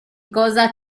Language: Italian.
cosa